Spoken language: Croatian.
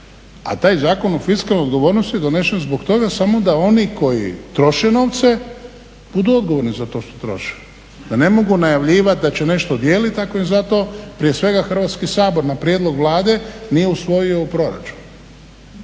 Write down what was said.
a taj zakon o fiskalnoj odgovornosti je donešen zbog toga samo da oni koji troše novce budu odgovorni za to što troše, da ne mogu najavljivati da će nešto dijeliti ako im za to prije svega Hrvatski sabor na prijedlog Vlade nije usvojio u proračunu.